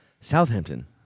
Southampton